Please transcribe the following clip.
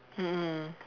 mm